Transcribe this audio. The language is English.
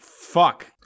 fuck